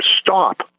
stop